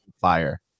fire